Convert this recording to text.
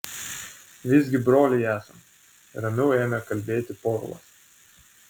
visgi broliai esam ramiau ėmė kalbėti povilas